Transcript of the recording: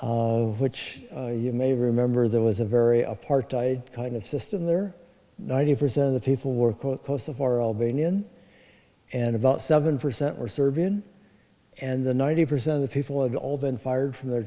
of which you may remember there was a very apartheid kind of system there ninety percent of the people were quote kosovar albanian and about seven percent were serbian and the ninety percent of the people of all been fired from their